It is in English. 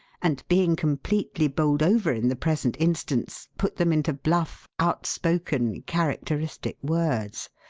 and being completely bowled over in the present instance put them into bluff, outspoken, characteristic words.